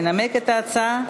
ינמק את ההצעה,